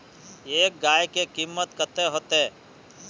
एक गाय के कीमत कते होते?